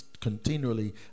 continually